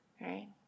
right